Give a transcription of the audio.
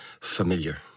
familiar